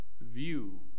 view